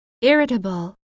irritable